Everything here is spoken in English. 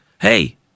hey